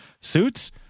Suits